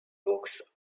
books